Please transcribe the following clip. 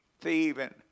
thieving